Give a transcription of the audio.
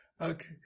Okay